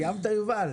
סיימת יובל?